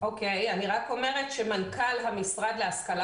אני רק אומרת שמנכ"ל המשרד להשכלה